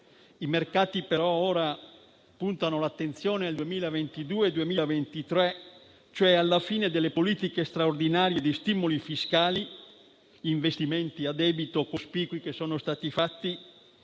I mercati però ora puntano l'attenzione al 2022-2023, cioè alla fine delle politiche straordinarie di stimoli fiscali, di cospicui investimenti